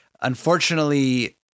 Unfortunately